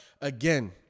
again